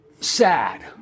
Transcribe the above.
sad